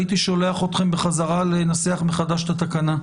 הייתי שולח אתכם בחזרה לנסח מחדש את התקנה,